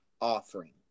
offering